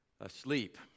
asleep